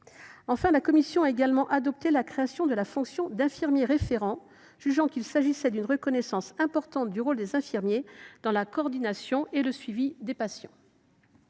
Enfin, la commission a également adopté la création de la fonction d’infirmier référent, jugeant qu’il s’agissait d’une reconnaissance importante du rôle des infirmiers dans la coordination et le suivi des patients.